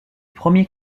premier